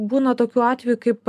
būna tokių atvejų kaip